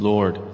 Lord